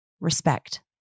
Respect